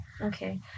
Okay